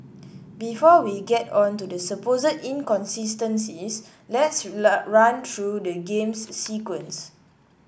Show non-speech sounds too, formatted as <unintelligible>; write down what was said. before we get on to the supposed inconsistencies let's <unintelligible> run through the game's sequence